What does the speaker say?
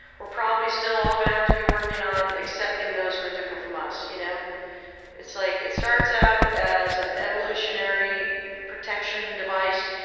we're probably still all going to have to be working on accepting those who are different from us. you know like it starts out as an evolutionary protection device.